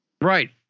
Right